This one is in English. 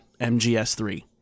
MGS3